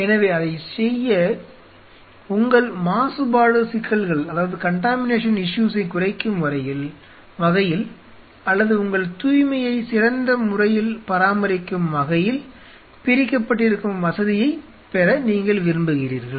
எனவே அதைச் செய்ய உங்கள் மாசுபாடு சிக்கல்களைக் குறைக்கும் வகையில் அல்லது உங்கள் தூய்மையை சிறந்த முறையில் பராமரிக்கும் வகையில் பிரிக்கப்பட்டிருக்கும் வசதியைப் பெற நீங்கள் விரும்புகிறீர்கள்